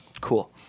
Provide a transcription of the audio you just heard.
Cool